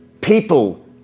People